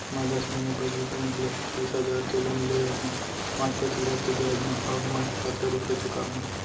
मैं दस महिना पहिली बैंक ले तीस हजार के लोन ले रहेंव पाँच प्रतिशत के ब्याज म अब मैं कतका रुपिया चुका हूँ?